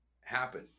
happen